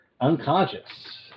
Unconscious